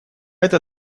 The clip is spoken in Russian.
это